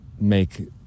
make